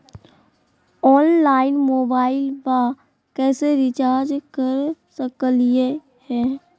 Online मोबाइलबा कैसे recharge कर सकलिए है?